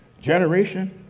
generation